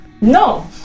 No